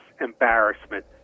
embarrassment